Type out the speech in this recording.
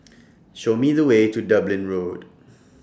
Show Me The Way to Dublin Road